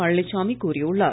பழனிச்சாமி கூறியுள்ளார்